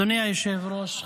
אדוני היושב-ראש,